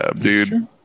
dude